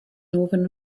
northern